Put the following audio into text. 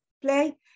play